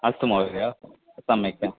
अस्तु महोदय सम्यक्